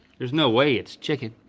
there's no way it's chicken.